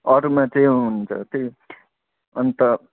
अरूमा चाहिँ हुन्छ त्यही अन्त